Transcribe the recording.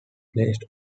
placed